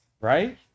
right